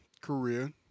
career